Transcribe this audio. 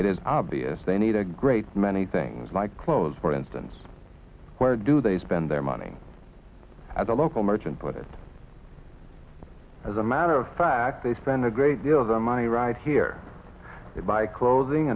it is obvious they need a great many things like clothes for instance where do they spend their money at the local merchant but it as a matter of fact they spend a great deal of the money right here at my clothing